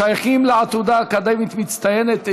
הם שייכים לעתודה אקדמית מצטיינת,